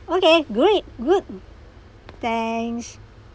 okay great good thanks